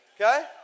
okay